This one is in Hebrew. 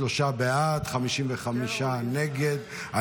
בעד, 55 נגד.